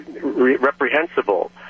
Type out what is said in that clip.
reprehensible